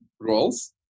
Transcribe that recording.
roles